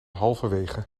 halverwege